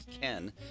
Ken